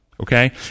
okay